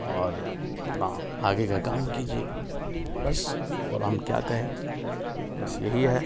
और अपना आगे का काम कीजिए बस और हम क्या कहें बस यही है